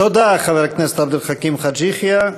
תודה, חבר הכנסת עבד אל חכים חאג' יחיא.